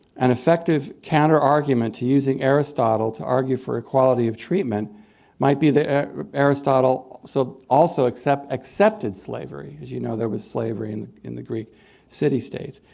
an effective counterargument to using aristotle to argue for equality of treatment might be that aristotle so, also accept, accepted slavery. as you know, there was slavery and in the greek city-states.